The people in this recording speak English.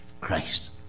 Christ